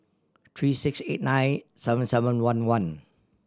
three six eight nine seven seven one one